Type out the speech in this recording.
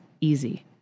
easy